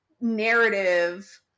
narrative